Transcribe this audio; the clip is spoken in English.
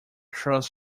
crust